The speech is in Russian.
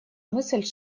мысль